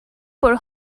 por